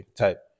type